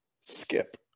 skip